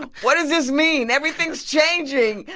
what does this mean? everything's changing.